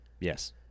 yes